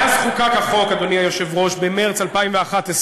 מאז חוקק החוק, אדוני היושב-ראש, במרס 2011,